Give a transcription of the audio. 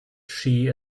she